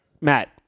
Matt